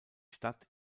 stadt